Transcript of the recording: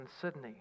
Sydney